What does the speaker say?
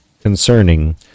concerning